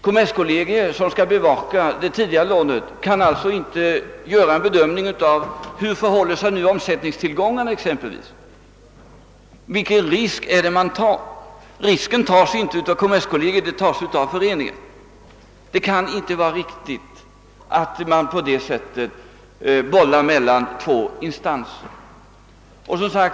Kommerskollegium, som skall bevaka det tidigare lånet, kan alltså inte göra en bedömning av hur det förhåller sig med exempelvis omsättningstillgångarna. Vem tar då risken? Risken tas inte av kommerskollegium utan av föreningen. Det kan inte vara riktigt att man på det sättet bollar mellan två instanser.